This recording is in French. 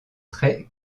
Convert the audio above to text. très